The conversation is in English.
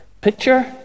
picture